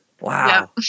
Wow